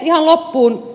ihan loppuun